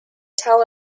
tell